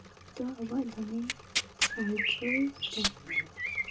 ᱫᱚ ᱟᱵᱚᱣᱟᱜ ᱫᱚᱢᱮ ᱥᱟᱦᱟᱡᱡᱚ ᱫᱟᱭ